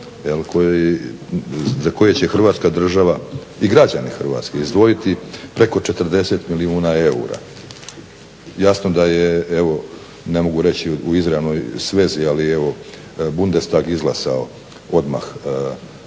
za koje će Hrvatska država i građani Hrvatske izdvojiti preko 40 milijuna eura. Jasno da je ne mogu reći u izravnoj svezi ali evo Bundestag izglasao odmah